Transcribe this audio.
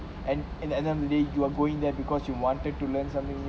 and in the end of the day you are going there because you wanted to learn something new